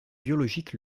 biologique